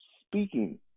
speaking